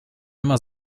immer